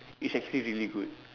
is actually really good